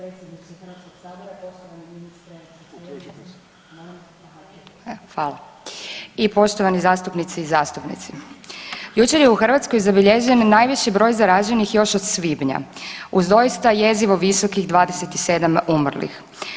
evo hvala i poštovani zastupnici i zastupnice, jučer je u Hrvatskoj zabilježen najviši broj zaraženih još od svibnja uz doista jezivo visokih 27 umrlih.